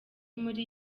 muri